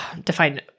define